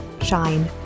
shine